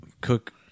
cook